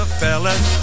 fellas